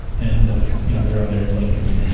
and you know were on the airplane coming.